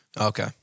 okay